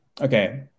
okay